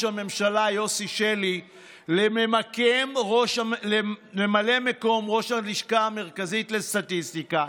הממשלה יוסי שלי לממלא מקום ראש הלשכה המרכזית לסטטיסטיקה,